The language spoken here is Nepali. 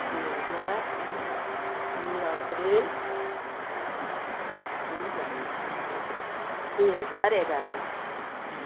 दुई हजार दुई अप्रिल दुई बाइस दुई हजार एघार दुई हजार एघार